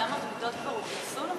900 מיטות כבר הוכנסו למערכת?